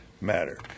matter